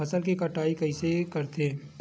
फसल के कटाई कइसे करथे?